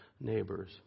neighbors